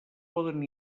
poden